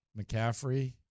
McCaffrey